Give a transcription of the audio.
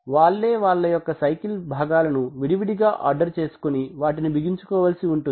వాళ్లే వాళ్ళ యొక్క సైకిల్ భాగాలను విడివిడిగా ఆర్డర్ చేసుకొని ని వాటిని బిగించుకోవాలసి ఉంటుంది